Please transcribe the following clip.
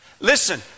Listen